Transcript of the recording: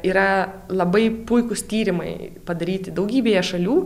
yra labai puikūs tyrimai padaryti daugybėje šalių